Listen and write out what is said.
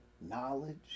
knowledge